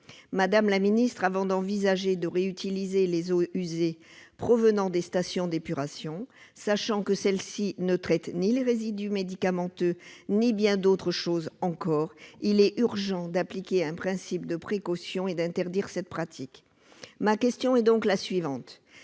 Madame la secrétaire d'État, avant d'envisager de réutiliser les eaux usées provenant des stations d'épuration, sachant que celles-ci ne traitent ni les résidus médicamenteux ni bien d'autres choses encore, il est urgent d'appliquer un principe de précaution et d'interdire pour l'heure cette pratique. Ma question est la suivante